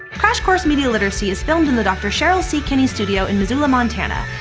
crash course media literacy is filmed in the dr. cheryl c. kinney studio in missoula, mt. and